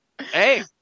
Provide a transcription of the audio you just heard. Hey